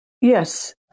Yes